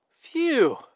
Phew